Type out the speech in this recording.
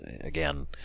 again